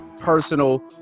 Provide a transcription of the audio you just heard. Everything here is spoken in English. personal